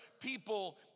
people